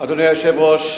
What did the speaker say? אדוני היושב-ראש,